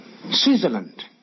Switzerland